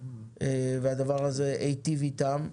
והדבר הזה הטיב איתם.